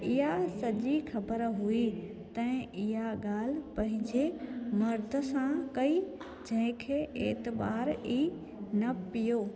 इआ सॼी ख़बर हुई तंहिं इहा ॻाल्हि पंहिंजे मर्द सां कई जंहिंखे एतबार ई न पियो